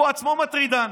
הוא עצמו מטרידן.